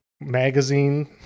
magazine